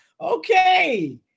Okay